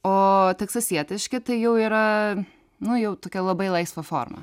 o teksasietiški tai jau yra nu jau tokia labai laisva forma